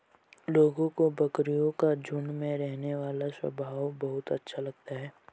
लोगों को बकरियों का झुंड में रहने वाला स्वभाव बहुत अच्छा लगता है